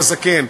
"כן לזקן",